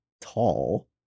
tall